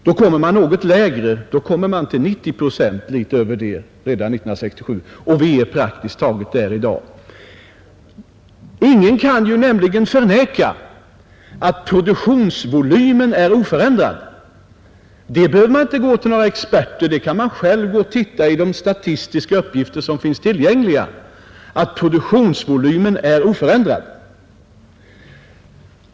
Då blir nämligen siffran något lägre. Då kommer man fram till något över 90 procent redan för 1967. Vi är praktiskt taget där i dag. Ingen kan nämligen förneka att produktionsvolymen är oförändrad. Det behöver man inte gå till några experter för att få veta. Man kan själv se i de statistiska uppgifter som finns tillgängliga att produktionsvolymen är oförändrad.